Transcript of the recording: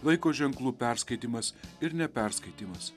laiko ženklų perskaitymas ir neperskaitymas